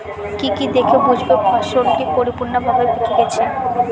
কি কি দেখে বুঝব ফসলটি পরিপূর্ণভাবে পেকে গেছে?